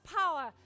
power